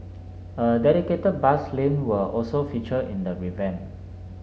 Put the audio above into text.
a dedicated bus lane will also feature in the revamp